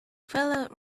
feller